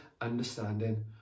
understanding